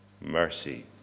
mercy